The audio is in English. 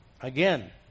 Again